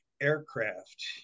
aircraft